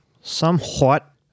Somewhat